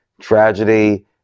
tragedy